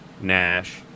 Nash